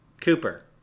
Cooper